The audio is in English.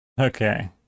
Okay